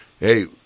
Hey